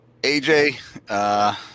AJ